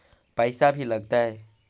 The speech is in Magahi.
पैसा भी लगतय?